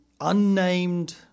unnamed